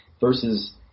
Versus